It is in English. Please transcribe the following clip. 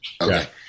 Okay